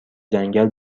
جنگل